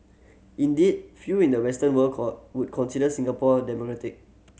indeed few in the Western world would consider Singapore democratic